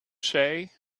say